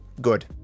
good